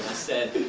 said